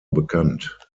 bekannt